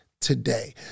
today